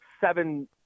seven –